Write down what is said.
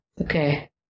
Okay